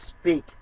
speak